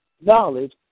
knowledge